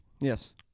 yes